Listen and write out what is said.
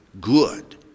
good